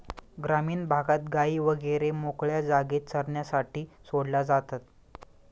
ग्रामीण भागात गायी वगैरे मोकळ्या जागेत चरण्यासाठी सोडल्या जातात